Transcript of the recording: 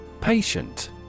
Patient